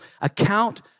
account